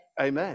Amen